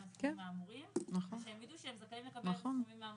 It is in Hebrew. הסכומים אמורים ושהם יידעו שהם זכאים לקבל את התשלומים האמורים.